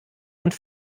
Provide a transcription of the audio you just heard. und